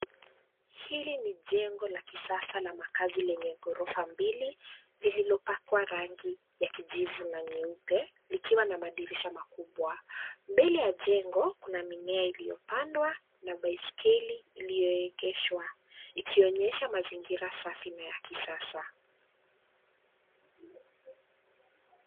Hili ni jengo la kisasa la makazi lenye ghorofa mbili lililopakwa rangi ya kijivu na nyeupe likiwa na madirisha makubwa. Mbele ya jengo kuna mimea iliyo pandwa na baiskeli iliyo egeshwa ikionyesha mazingira safi na ya kisasa.